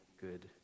good